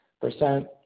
percent